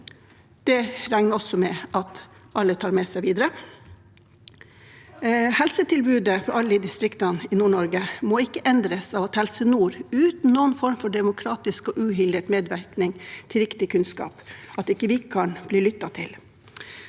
Det regner jeg også med at alle tar med seg videre. Helsetilbudet for alle i distriktene i Nord-Norge må ikke endres av Helse nord uten noen form for demokratisk og uhildet medvirkning til riktig kunnskap, og uten at vi blir lyttet til.